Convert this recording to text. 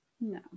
No